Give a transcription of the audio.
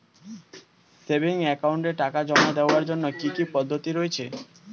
Savings একাউন্টে টাকা জমা দেওয়ার জন্য কি কি পদ্ধতি রয়েছে?